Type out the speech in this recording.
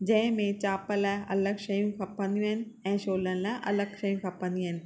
जंहिंमें चाप लाइ अलॻि शयूं खपंदियूं आहिनि ऐं छोलनि लाइ अलॻि शयूं खपंदियूं आहिनि